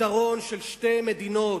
פתרון של שתי מדינות,